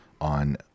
on